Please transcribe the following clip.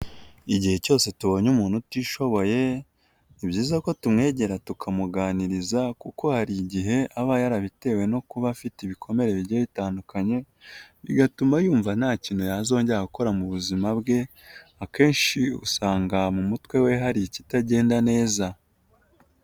Igihe cyose tubonye umuntu utishoboye, ni byiza ko tumwegera tukamuganiriza, kuko hari igihe aba yarabitewe no kuba afite ibikomere bigiye bitandukanye, bigatuma yumva nta kintu yazongera gukora mu buzima bwe, akenshi usanga mu mutwe we hari ikitagenda neza.